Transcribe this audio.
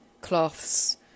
cloths